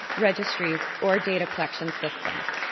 registries, or data collection systems.